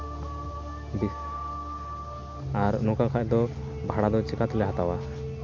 ᱟᱨ ᱱᱚᱝᱠᱟ ᱠᱷᱟᱱ ᱫᱚ ᱵᱷᱟᱲᱟ ᱫᱚ ᱪᱮᱠᱟᱛᱮᱞᱮ ᱦᱟᱛᱟᱣᱟ